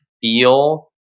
feel